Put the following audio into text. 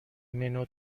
منو